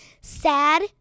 Sad